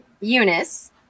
Eunice